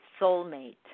soulmate